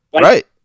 Right